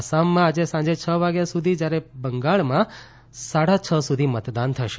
આસામમાં આજે સાંજે છ વાગ્યા સુધી જયારે બંગાળમાં સાડા છ સુધી મતદાન થશે